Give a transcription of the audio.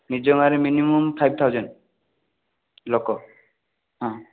ନିଜ ଗାଁରେ minimum five thousand ଲୋକ ହଁ